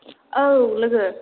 औ लोगो